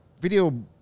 video